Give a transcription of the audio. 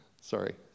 Sorry